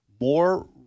more